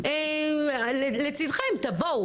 תבואו